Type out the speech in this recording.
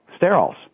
sterols